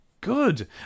good